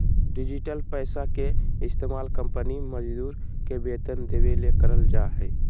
digital पैसा के इस्तमाल कंपनी मजदूर के वेतन देबे ले करल जा हइ